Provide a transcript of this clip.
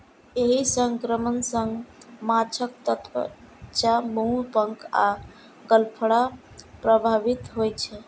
एहि संक्रमण सं माछक त्वचा, मुंह, पंख आ गलफड़ प्रभावित होइ छै